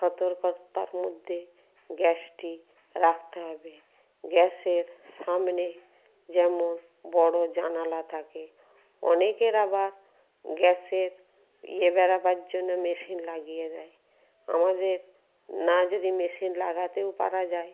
সতর্কতার মধ্যে গ্যাসটি রাখতে হবে গ্যাসের সামনে যেন বড় জানালা থাকে অনেকের আবার গ্যাসের ইয়ে বেরোবার জন্য মেশিন লাগিয়ে দেয় আমাদের না যদি মেশিন লাগাতেও পারা যায়